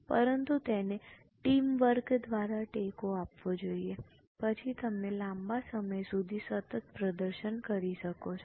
પરંતુ તેને team work દ્વારા ટેકો આપવો જોઈએ પછી તમે લાંબા સમય સુધી સતત પ્રદર્શન કરી શકો છો